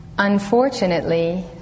Unfortunately